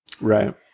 Right